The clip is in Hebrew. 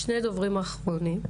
שני דוברים אחרונים.